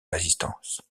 résistance